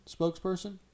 spokesperson